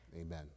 Amen